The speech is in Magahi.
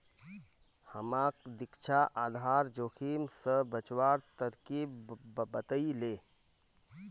हमाक दीक्षा आधार जोखिम स बचवार तरकीब बतइ ले